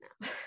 now